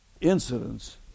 incidents